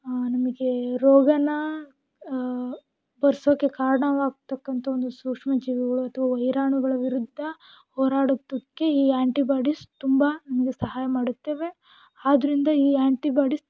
ನಮಗೆ ರೋಗನ ಬರ್ಸೋಕ್ಕೆ ಕಾರಣವಾಗ್ತಕ್ಕಂಥ ಒಂದು ಸೂಕ್ಷ್ಮಜೀವಿಗಳು ಅಥವಾ ವೈರಾಣುಗಳ ವಿರುದ್ಧ ಹೋರಾಡೋದಕ್ಕೆ ಈ ಆ್ಯಂಟಿಬಾಡಿಸ್ ತುಂಬ ನಮಗೆ ಸಹಾಯ ಮಾಡುತ್ತವೆ ಆದ್ರಿಂದ ಈ ಆ್ಯಂಟಿಬಾಡೀಸ್